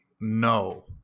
no